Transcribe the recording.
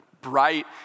bright